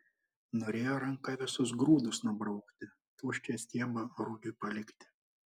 norėjo ranka visus grūdus nubraukti tuščią stiebą rugiui palikti